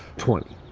twenty.